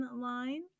line